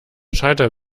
schalter